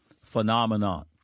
phenomenon